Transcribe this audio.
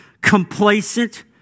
complacent